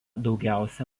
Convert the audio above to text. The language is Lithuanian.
daugiausia